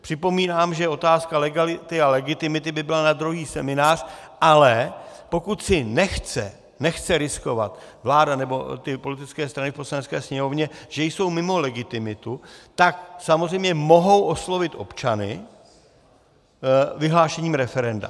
Připomínám, že otázka legality a legitimity by byla na dlouhý seminář, ale pokud nechce riskovat vláda nebo politické strany v Poslanecké sněmovně, že jsou mimo legitimitu, tak samozřejmě mohou oslovit občany vyhlášením referenda.